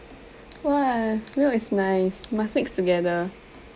!wah! milk is nice must mix together